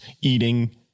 eating